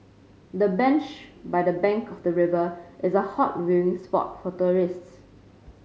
the bench by the bank of the river is a hot viewing spot for tourists